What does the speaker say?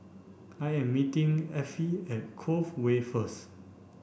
I am meeting Effie at Cove Way first